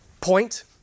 point